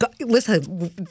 Listen